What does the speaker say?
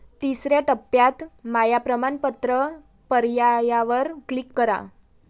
तिसर्या टप्प्यात माझ्या प्रमाणपत्र पर्यायावर क्लिक करा